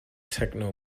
techno